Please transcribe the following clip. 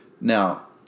Now